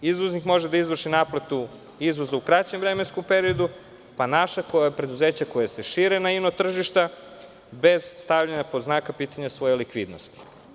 Izvoznik može da izvrši naplatu izvoza u kraćem vremenskom periodu, pa naša preduzeća koja se šire na ino tržišta bez stavljanja pod znak pitanja svoje likvidnosti.